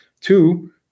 Two